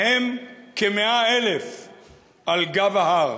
מהם כ-100,000 על גב ההר.